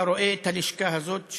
אתה רואה את הלשכה הזאת,